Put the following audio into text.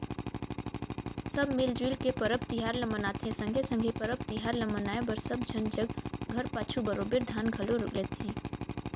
सब मिल जुइल के परब तिहार ल मनाथें संघे संघे परब तिहार ल मनाए बर सब झन जग घर पाछू बरोबेर दान घलो लेथें